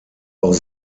auch